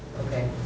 Okay